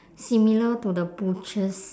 similar to the butcher's